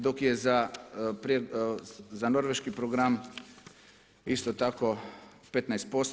Dok je za norveški program isto tako 15%